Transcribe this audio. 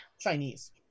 Chinese